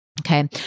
Okay